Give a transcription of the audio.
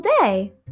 day